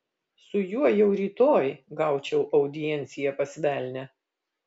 su juo jau rytoj gaučiau audienciją pas velnią